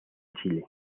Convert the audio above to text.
chile